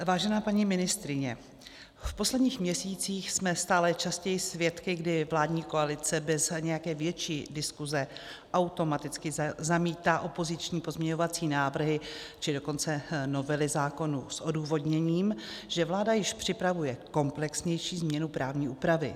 Vážená paní ministryně, v posledních měsících jsme stále častěji svědky, kdy vládní koalice bez nějaké větší diskuse automaticky zamítá opoziční pozměňovací návrhy, či dokonce novely zákonů s odůvodněním, že vláda již připravuje komplexnější změnu právní úpravy.